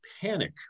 panic